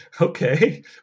okay